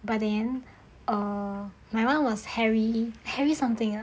by then err my [one] was harry harry something